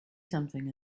something